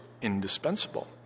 indispensable